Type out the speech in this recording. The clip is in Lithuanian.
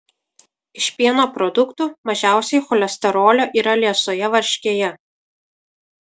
iš pieno produktų mažiausiai cholesterolio yra liesoje varškėje